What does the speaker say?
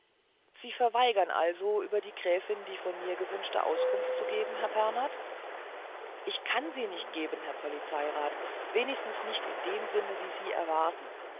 sie verweigern also über die gräfin die von mir gewünschte auskunft zu geben herr pernath ich kann sie nicht geben herr polizeirat wenigstens nicht in dem sinne wie sie erwarten